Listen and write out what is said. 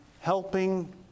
helping